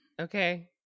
okay